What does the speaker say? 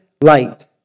light